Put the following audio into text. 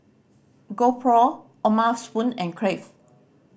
GoPro O'ma Spoon and Crave